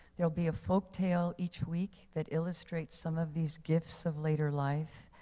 there will be a folktale each week that illustrates some of these gifts of later life.